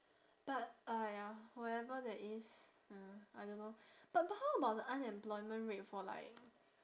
but uh ya whatever that is uh I don't know but but how about the unemployment rate for like